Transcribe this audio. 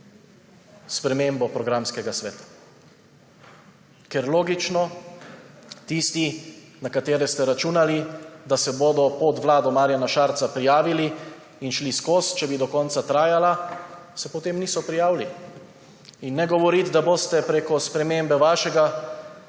spremembo programskega sveta. Ker logično, tisti, na katere ste računali, da se bodo pod vlado Marjana Šarca prijavili in šli skozi, če bi do konca trajala, se potem niso prijavili. In ne govoriti, da boste preko spremembe vašega